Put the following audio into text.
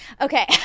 okay